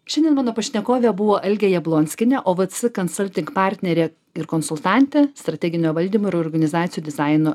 šiandien mano pašnekovė buvo algė jablonskienė ovc counsulting partnerė ir konsultantė strateginio valdymo ir organizacijų dizaino